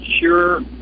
sure